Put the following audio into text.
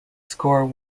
score